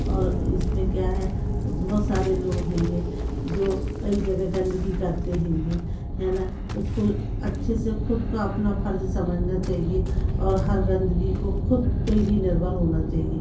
और इसमें क्या है बहुत सारे लोग होंगे जो कई जगह गंदगी करते होंगे है न उसको अच्छे से खुद का अपना फर्ज़ समझना चाहिए और हर गंदगी को खुद पे ही निर्भर होना चहिए